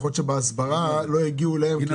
יכול להיות שבהסברה לא יגיעו אליהם --- ינון,